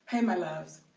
hey, my loves.